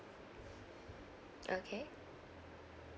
okay